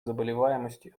заболеваемости